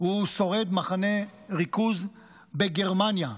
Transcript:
הוא שורד מחנה ריכוז בגרמניה.